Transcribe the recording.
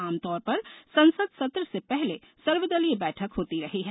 आमतौर पर संसद सत्र से पहले सर्वदलीय बैठक होती रही है